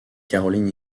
caroline